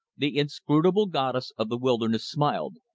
the inscrutable goddess of the wilderness smiled,